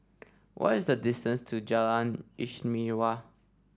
what is the distance to Jalan Istimewa